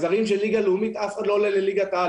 הזרים של ליגה לאומית, אף אחד לא עולה לליגת העל.